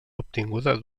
obtinguda